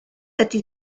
ydy